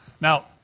Now